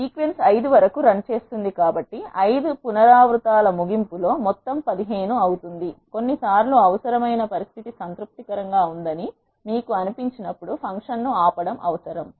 sequence 5 వరకు run చేస్తుంది కాబట్టి 5 పునరావృతాల ముగింపులో మొత్తం 15 అవుతుంది కొన్నిసార్లు అవసరమైన పరిస్థితి సంతృప్తి కరంగా ఉందని మీకు అనిపించినప్పుడు ఫంక్షన్ను ఆపడం అవసరం